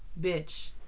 bitch